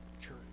church